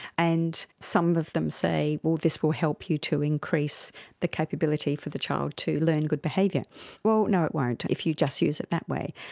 and some of them say, well, this will help you to increase the capability for the child to learn good behaviour. well, no it won't if you just use it that way.